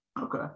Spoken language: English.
Okay